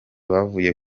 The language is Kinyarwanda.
bavuye